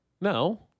No